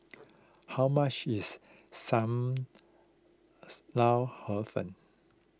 how much is Sam Lau Hor Fun